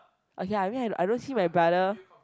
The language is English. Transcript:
okay lah I mean I don't see my brother